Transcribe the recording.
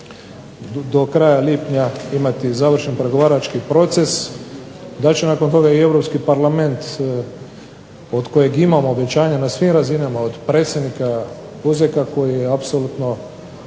do kraja lipnja imati završen pregovarački proces, da će nakon toga i Europski parlament od kojeg imamo obećanja na svim razinama od predsjednika Huseka koji je apsolutno